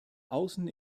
außen